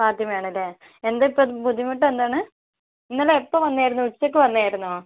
ഫാത്തിമയാണല്ലേ എന്താ ഇപ്പം ബുദ്ധിമുട്ട് എന്താണ് ഇന്നലെ എപ്പം വന്നെയാരുന്നു ഉച്ചക്ക് വന്നെയാരുന്നു